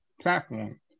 platform